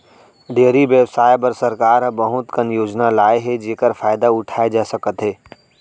dairy बेवसाय बर सरकार ह बहुत कन योजना लाए हे जेकर फायदा उठाए जा सकत हे